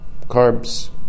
carbs